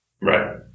right